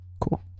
Cool